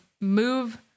move